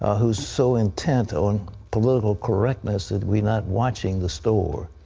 ah who is so intent on political correctness that we're not watching the store.